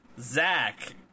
zach